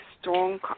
strong